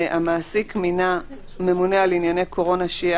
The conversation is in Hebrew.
המעסיק מינה ממונה על ענייני קורונה שיהיה